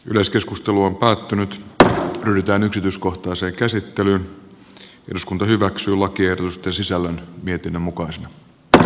yleiskeskustelu on päättynyt tai ryhtyä yksityiskohtaiseen käsittelyyn eduskunta hyväksyy lakiehdotusten sisällön mietinnön mukaan sen r